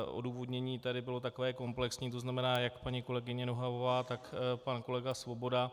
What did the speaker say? Odůvodnění tady bylo takové komplexní, tzn. jak paní kolegyně Nohavová, tak pan kolega Svoboda.